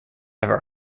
ever